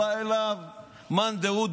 בא אליו מאן דהוא,